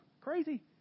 crazy